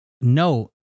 no